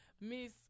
Miss